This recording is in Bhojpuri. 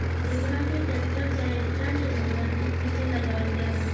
एकरा के टेक्टर चाहे फ्रंट लोडर के पीछे लगावल जाला